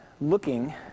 looking